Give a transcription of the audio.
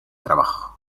trabajo